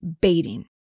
Baiting